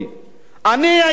לא היה לי מה לאכול.